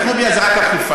תכנון ובנייה זה רק אכיפה.